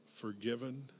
forgiven